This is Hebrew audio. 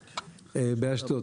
באשדוד.